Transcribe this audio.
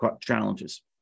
challenges